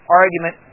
argument